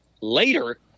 later